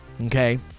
okay